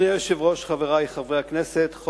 חבר הכנסת יעקב כץ,